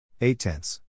Eight-tenths